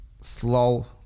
slow